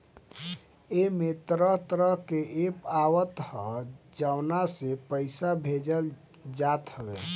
एमे तरह तरह के एप्प आवत हअ जवना से पईसा भेजल जात हवे